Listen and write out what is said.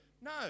No